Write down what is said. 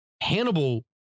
Hannibal